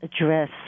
address